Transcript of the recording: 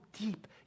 deep